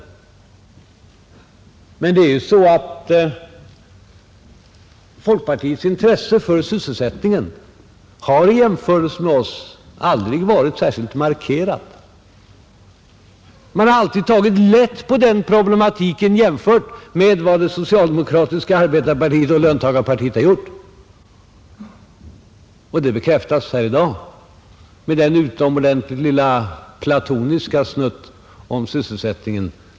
Folkpartiets intresse för sysselsättningen har i jämförelse med vårt aldrig varit särskilt markerat. Man har alltid tagit lätt på den problematiken i jämförelse med vad det socialdemokratiska arbetarpartiet och löntagarpartiet gjort. Det bekräftas här i dag med herr Heléns utomordentligt lilla platoniska snutt om sysselsättningen.